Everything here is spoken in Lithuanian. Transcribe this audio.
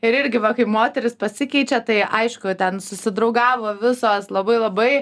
ir irgi va kaip moterys pasikeičia tai aišku ten susidraugavo visos labai labai